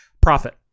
Profit